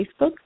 Facebook